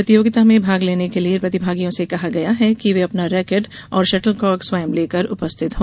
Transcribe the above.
प्रतियोगिता में भाग लेने वाले प्रतिभागियों से कहा गया है कि वे अपना रैकेट एवं शटलकॉक स्वयं लेकर उपस्थित हो